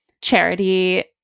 Charity